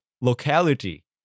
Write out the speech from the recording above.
locality